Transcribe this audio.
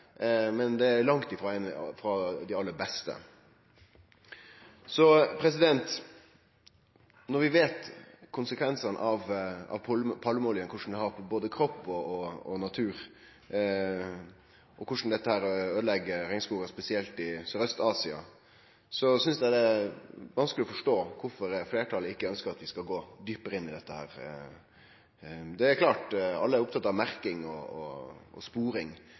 men langt frå den aller beste. Når vi kjenner til konsekvensane palmeoljen har på kropp og natur, og korleis dette øydelegg regnskogar, spesielt i Søraust-Asia, synest eg det er vanskeleg å forstå kvifor fleirtalet ikkje ønskjer at vi skal gå djupare inn i dette. Alle er opptatt av merking og sporing.